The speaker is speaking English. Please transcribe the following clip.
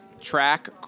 track